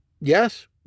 yes